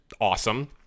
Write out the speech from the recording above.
awesome